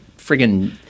friggin